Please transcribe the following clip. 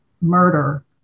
murder